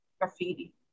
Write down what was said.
graffiti